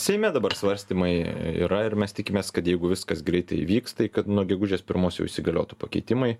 seime dabar svarstymai yra ir mes tikimės kad jeigu viskas greitai įvyks tai kad nuo gegužės pirmos jau įsigaliotų pakeitimai